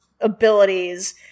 abilities